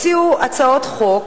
הציעו הצעות חוק